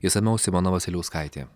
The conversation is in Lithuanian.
išsamiau simona vasiliauskaitė